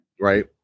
Right